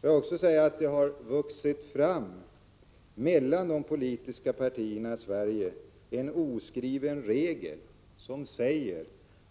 Låt mig också säga att det har vuxit fram mellan de politiska partierna i Sverige en oskriven regel som säger